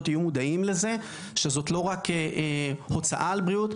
תהיו מודעים לזה שזאת לא רק הוצאה על בריאות,